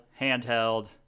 handheld